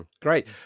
Great